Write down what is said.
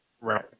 Right